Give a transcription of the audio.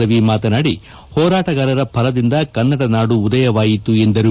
ರವಿ ಮಾತನಾಡಿ ಹೋರಾಟಗಾರರ ಫಲದಿಂದ ಕನ್ನಡ ನಾಡು ಉದಯವಾಯಿತು ಎಂದರು